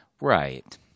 right